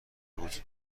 بود